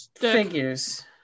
Figures